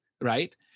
Right